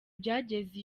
byageze